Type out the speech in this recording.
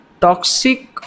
toxic